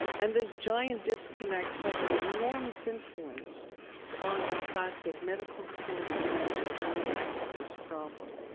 and this giant disconnect had an enormous influence on the fact that medical schools began to ignore this problem.